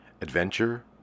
adventure